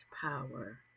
Power